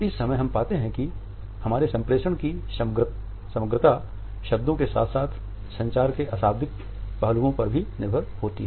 इस समय हम पाते हैं कि हमारे सम्प्रेषण की समग्रता शब्दों के साथ साथ संचार के अशाब्दिक पहलुओं पर भी निर्भर होती हैं